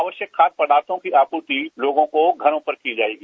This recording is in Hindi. आवश्यक खाद्य पदार्थो की आपूर्ति लोगों को घरों पर की जाएगी